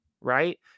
right